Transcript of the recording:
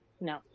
No